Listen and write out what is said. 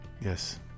Yes